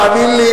תאמין לי,